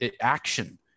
Action